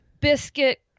Biscuit